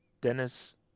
Dennis